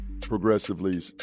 progressively